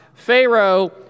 Pharaoh